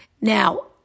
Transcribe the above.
Now